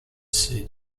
see